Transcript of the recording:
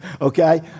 okay